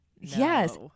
Yes